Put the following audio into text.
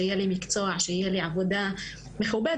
שיהיה לי מקצוע ושיהיה לי עבודה מכובדת